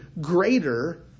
greater